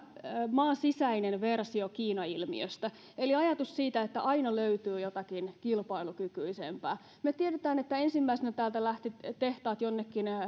maan sisäinen versio kiina ilmiöstä eli ajatus siitä että aina löytyy jotakin kilpailukykyisempää me tiedämme että ensimmäisenä täältä lähtivät tehtaat jonnekin